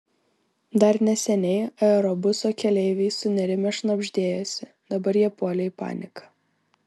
dar neseniai aerobuso keleiviai sunerimę šnabždėjosi dabar jie puolė į paniką